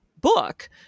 book